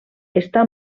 està